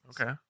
Okay